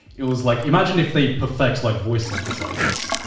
it was like, imagine if they perfect like voice synthesizes,